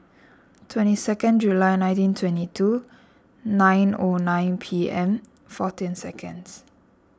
twenty six July nineteen twenty two nine O nine P M fourteen seconds